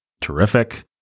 terrific